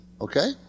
Okay